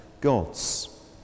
gods